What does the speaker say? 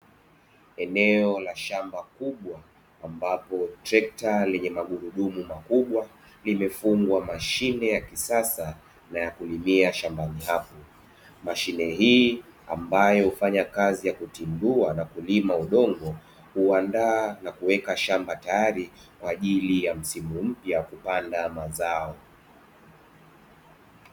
Eneo la shamba kubwa, ambapo trekta lenye magurudumu makubwa, limefungwa mashine ya kisasa na ya kulimia shambani hapo. Mashine hii ambayo hufanya kazi ya kutindua na kulima udongo, huandaa na kuweka shamba tayari kwa ajili ya msimu mpya kupanda mazao.